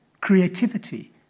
creativity